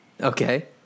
Okay